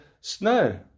snow